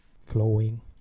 flowing